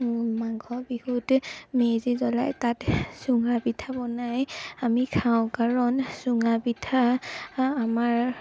মাঘৰ বিহুত মেজি জ্বলাই তাত চুঙা পিঠা বনাই আমি খাওঁ কাৰণ চুঙা পিঠা আমাৰ